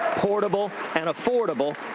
portable and affordable.